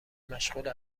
مشغول